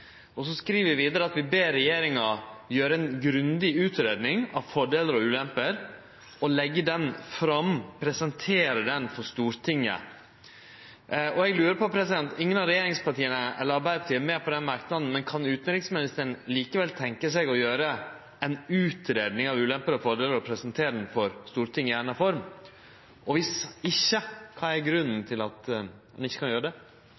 investor-stat-tvisteløysingsmekanismar. Så skriv vi vidare at vi ber regjeringa gjere ei grundig utgreiing av fordelar og ulemper og leggje den fram, presentere den for Stortinget. Og eg lurer på: Ingen av regjeringspartia, eller Arbeidarpartiet, er med på den merknaden, men kan utanriksministeren likevel tenkje seg å gjere ei utgreiing av ulemper og fordelar og presentere den for Stortinget i eigna form? Og viss ikkje: Kva er grunnen til at ein ikkje kan gjere det?